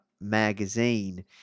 Magazine